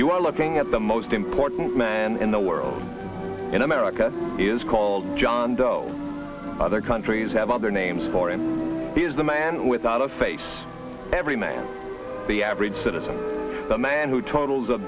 are looking at the most important man in the world in america is called john doe other countries have other names for him he is the man without a face every man the average citizen the man who t